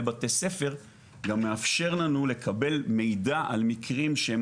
בתי ספר גם מאפשר לנו לקבל מידע על מקרים שהם,